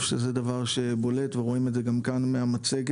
שזה דבר בולט ורואים את זה גם כאן מהמצגת.